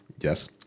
Yes